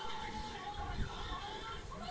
रबी क फसल बदे सबसे बढ़िया माटी का ह?